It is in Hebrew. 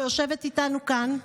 שיושבת איתנו כאן,